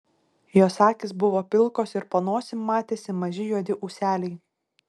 jos akys buvo pilkos ir po nosim matėsi maži juodi ūseliai